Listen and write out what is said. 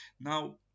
now